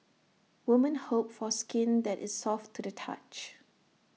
women hope for skin that is soft to the touch